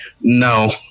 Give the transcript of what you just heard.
No